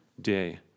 day